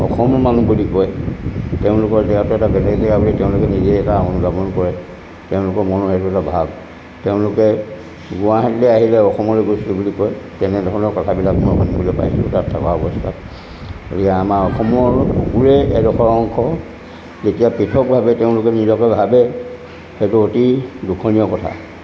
অসমৰ মানুহ বুলি কয় তেওঁলোকৰ জেগাটো এটা বেলেগ জেগা বুলি তেওঁলোকে নিজেই এটা অনুধাৱণ কৰে তেওঁলোকৰ মনৰ সেইটো এটা ভাৱ তেওঁলোকে গুৱাহাটীলৈ আহিলে অসমলৈ গৈছিলোঁ বুলি কয় তেনেধৰণৰ কথাবিলাক মই শুনিবলৈ পাইছোঁ তাত থকা অৱস্থাত আমাৰ গতিকে আমাৰ অসমৰ বুকুৰে এডোখৰ অংশ যেতিয়া পৃথকভাৱে তেওঁলোকে নিজকে ভাবে সেইটো অতি দুখনীয় কথা